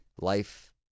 life